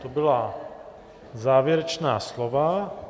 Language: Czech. To byla závěrečná slova.